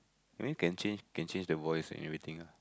I mean can change can change the voice and everything ah